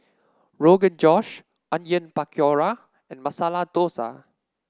Rogan Josh Onion Pakora and Masala Dosa